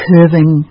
Curving